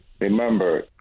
Remember